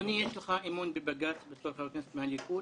אדוני, יש לך אמון בבג"ץ בתור חבר כנסת מהליכוד?